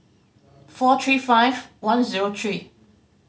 four three five one zero three